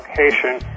location